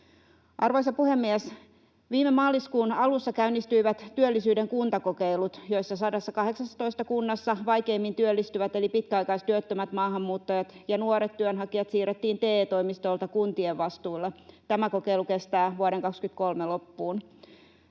Arvoisa puhemies! Viime maaliskuun alussa käynnistyivät työllisyyden kuntakokeilut, joissa 118 kunnassa vaikeimmin työllistyvät eli pitkäaikaistyöttömät, maahanmuuttajat ja nuoret työnhakijat siirrettiin TE-toimistolta kuntien vastuulle. Tämä kokeilu kestää vuoden 23 loppuun.